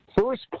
First